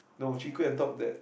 no chwee-kueh on top that